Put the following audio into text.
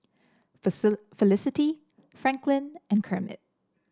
Felicity Franklyn and Kermit